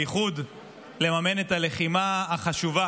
בייחוד לממן את הלחימה החשובה